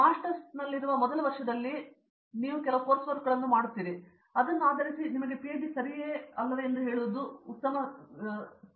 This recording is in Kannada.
ಮಾಸ್ಟರ್ಸ್ನಲ್ಲಿ ಮೊದಲ ವರ್ಷದಲ್ಲಿ ನೀವು ಎಂಎಸ್ ಅಥವಾ ಎಮ್ ಟೆಕ್ ಎಂಬಲ್ಲಿ ವಿವಿಧ ಕೋರ್ಸ್ ಕೆಲಸಗಳನ್ನು ಅನುಭವಿಸುತ್ತೀರಿ ಮತ್ತು ಅದನ್ನು ಆಧರಿಸಿ ನೀವು ಪಿಎಚ್ಡಿ ನನಗೆ ಸರಿ ಎಂದು ಹೇಳುವುದು ಉತ್ತಮ ಸ್ಥಾನ